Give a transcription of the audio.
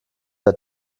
der